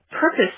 purpose